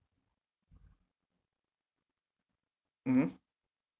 mmhmm